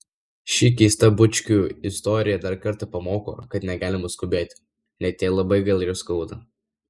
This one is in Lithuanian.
ši keista bučkių istorija dar kartą pamoko kad negalima skubėti net jei labai gaila ir skauda